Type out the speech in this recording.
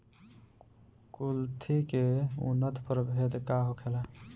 कुलथी के उन्नत प्रभेद का होखेला?